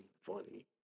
funny